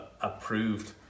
approved